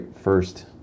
first